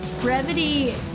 Brevity